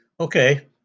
Okay